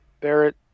Barrett